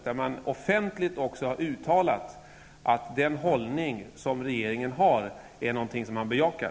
Där har man offentligt bejakat den hållning som regeringen intar.